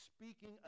speaking